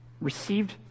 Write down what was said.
received